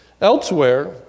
Elsewhere